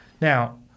Now